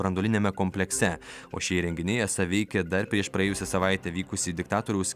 branduoliniame komplekseo šie įrenginiai esą veikė dar prieš praėjusią savaitę vykus į diktatoriaus